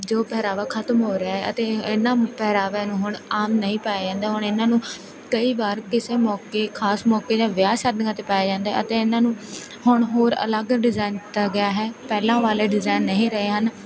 ਜੋ ਪਹਿਰਾਵਾ ਖ਼ਤਮ ਹੋ ਰਿਹਾ ਅਤੇ ਇਹਨਾਂ ਪਹਿਰਾਵਿਆਂ ਨੂੰ ਹੁਣ ਆਮ ਨਹੀਂ ਪਾਇਆ ਜਾਂਦਾ ਹੁਣ ਇਹਨਾਂ ਨੂੰ ਕਈ ਵਾਰ ਕਿਸੇ ਮੌਕੇ ਖਾਸ ਮੋਕੇ ਜਾਂ ਵਿਆਹ ਸ਼ਾਦੀਆਂ 'ਤੇ ਪਾਇਆ ਜਾਂਦਾ ਹੈ ਅਤੇ ਇਹਨਾਂ ਨੂੰ ਹੁਣ ਹੋਰ ਅਲੱਗ ਡਿਜਾਇਨ ਦਿੱਤਾ ਗਿਆ ਹੇੈ ਪਹਿਲਾਂ ਵਾਲੇ ਡਿਜਾਇਨ ਨਹੀਂ ਰਹੇ ਹਨ